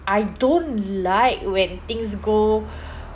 I don't like when things go